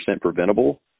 preventable